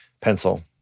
Pencil